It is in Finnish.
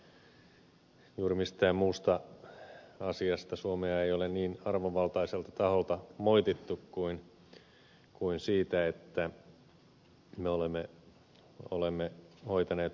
juuri mistään muusta asiasta suomea ei ole niin arvovaltaiselta taholta moitittu kuin siitä että me olemme hoitaneet huonosti kansalaisten oikeusturvan